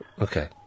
Okay